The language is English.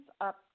up